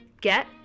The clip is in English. get